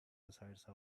beside